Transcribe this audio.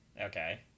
Okay